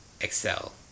excel